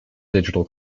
digital